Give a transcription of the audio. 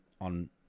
on